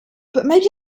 butmaybe